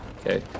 Okay